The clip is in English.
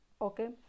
Okay